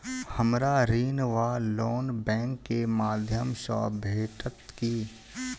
हमरा ऋण वा लोन बैंक केँ माध्यम सँ भेटत की?